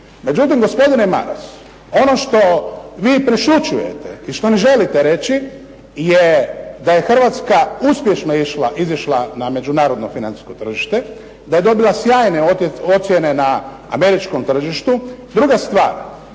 Međutim, gospodine Maras ono što vi prešućujete i što ne želite reći, je da je Hrvatska uspješno izišli na međunarodno financijsko tržište, da je dobila sjajne ocjene na američkom tržištu. Druga stvar.